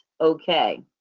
okay